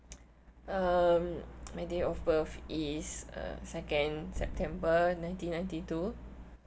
um my date of birth is uh second september nineteen ninety two